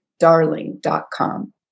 darling.com